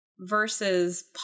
versus